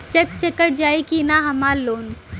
Check से कट जाई की ना हमार लोन?